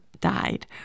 died